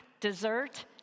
dessert